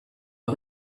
are